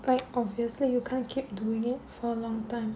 but obviously you can't keep doing it for a long time